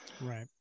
Right